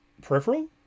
Peripheral